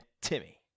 Timmy